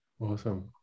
Awesome